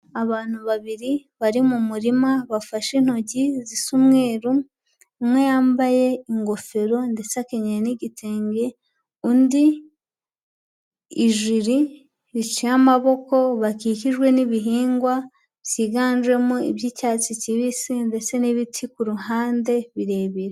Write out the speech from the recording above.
abantu babiri bari mu murima bafashe intoryi zisa umweru, umwe yambaye ingofero ndetse akenyeye n'igitenge, undi ijiri riciye amaboko, bakikijwe n'ibihingwa byiganjemo iby'icyatsi kibisi ndetse n'ibiti ku ruhande birebire.